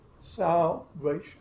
salvation